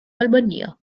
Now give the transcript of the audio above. albania